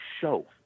show